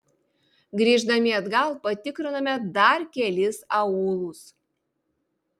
grįždami atgal patikrinome dar kelis aūlus